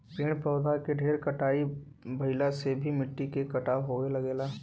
पेड़ पौधा के ढेर कटाई भइला से भी मिट्टी के कटाव होये लगेला